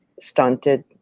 stunted